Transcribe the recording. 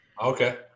Okay